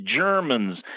Germans